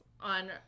on